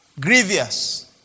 Grievous